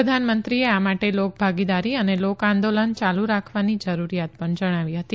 પ્રધાનમંત્રીએ આ માટે લોકભાગીદારી અને લોકઆંદોલન યાલુ રાખવાની જરૂરીયાત પણ જણાવી હતી